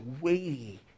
weighty